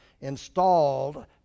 installed